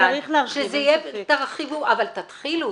אבל תתחילו.